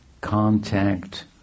contact